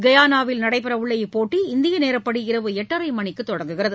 கயானாவில் நடைபெறவுள்ள இப்போட்டி இந்திய நேரப்படி இரவு எட்டரை மணிக்கு தொடங்குகிறது